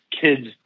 kids